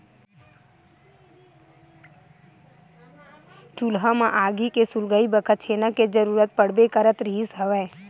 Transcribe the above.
चूल्हा म आगी के सुलगई बखत छेना के जरुरत पड़बे करत रिहिस हवय